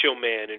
Man